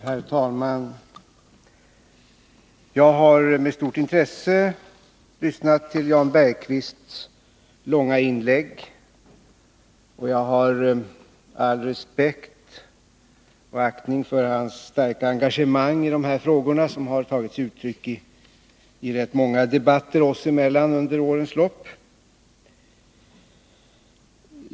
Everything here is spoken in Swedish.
Herr talman! Jag har med stort intresse lyssnat på Jan Bergqvists långa inlägg. Jag har all respekt och aktning för hans starka engagemang i dessa frågor, vilket har kommit till uttryck i rätt många debatter oss emellan under årens lopp.